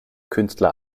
künstler